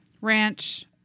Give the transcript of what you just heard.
Ranch